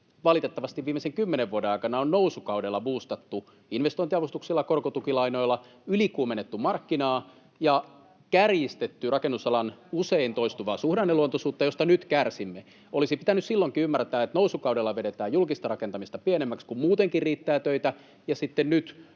valitettavasti viimeisen kymmenen vuoden aikana on nousukaudella buustattu — investointiavustuksilla, korkotukilainoilla —, ylikuumennettu markkinaa ja kärjistetty rakennusalan usein toistuvaa suhdanneluontoisuutta, josta nyt kärsimme. Olisi pitänyt silloinkin ymmärtää, että nousukaudella vedetään julkista rakentamista pienemmäksi, kun muutenkin riittää töitä, ja sitten nyt,